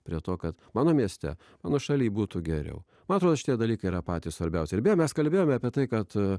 prie to kad mano mieste mano šalyje būtų geriau man atrodo šitie dalykai yra patys svarbiausi ir beje mes kalbėjome apie tai kad